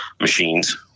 machines